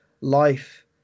life